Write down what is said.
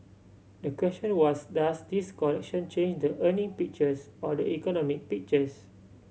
the question was does this correction change the earning pictures or the economic pictures